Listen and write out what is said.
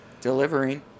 delivering